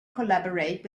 collaborate